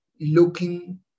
looking